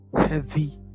heavy